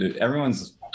everyone's